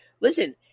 listen